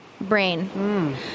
brain